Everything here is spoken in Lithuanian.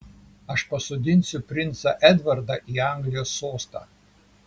aš pasodinsiu princą edvardą į anglijos sostą